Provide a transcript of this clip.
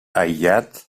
aïllat